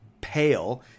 pale